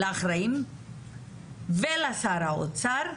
לאחראים ולשר האוצר.